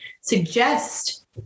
suggest